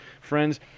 Friends